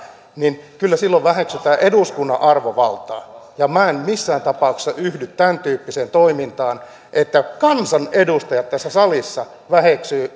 niin kyllä silloin väheksytään eduskunnan arvovaltaa ja minä en missään tapauksessa yhdy tämäntyyppiseen toimintaan että kansanedustajat tässä salissa väheksyvät